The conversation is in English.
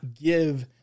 give